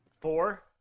four